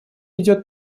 идет